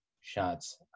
shots